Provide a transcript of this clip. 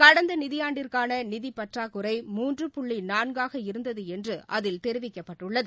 கடந்த நிதியாண்டிற்கான நிதிப் பற்றாக்குறை மூன்று புள்ளி நான்காக இருந்தது என்று அதில் தெரிவிக்கப்பட்டுள்ளது